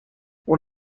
اون